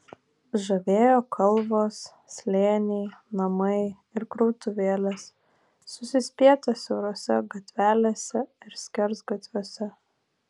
žavėjo kalvos slėniai namai ir krautuvėlės susispietę siaurose gatvelėse ir skersgatviuose